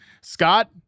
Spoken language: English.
Scott